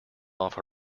off